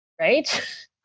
right